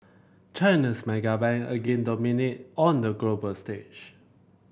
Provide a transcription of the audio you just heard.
China's mega bank again dominated on the global stage